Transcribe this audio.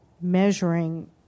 measuring